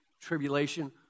tribulation